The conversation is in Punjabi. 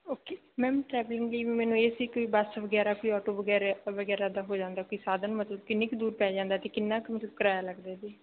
ਓਕੇ ਮੈਮ ਟਰੈਵਲਿੰਗ ਵੀ ਮੈਨੂੰ ਇਹ ਸੀ ਕੋਈ ਬੱਸ ਵਗੈਰਾ ਕੋਈ ਆਟੋ ਵਗੈਰਾ ਵਗੈਰਾ ਦਾ ਹੋ ਜਾਂਦਾ ਕੋਈ ਸਾਧਨ ਮਤਲਬ ਕਿੰਨੀ ਕੁ ਦੂਰ ਪੈ ਜਾਂਦਾ ਅਤੇ ਕਿੰਨਾ ਕੁ ਮਤਲਵ ਕਰਾਇਆ ਲੱਗਦਾ ਜੀ